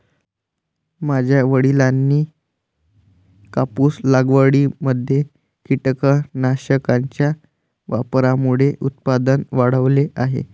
माझ्या वडिलांनी कापूस लागवडीमध्ये कीटकनाशकांच्या वापरामुळे उत्पादन वाढवले आहे